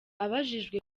abajijwe